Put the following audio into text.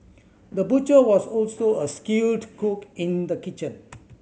the butcher was also a skilled cook in the kitchen